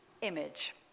image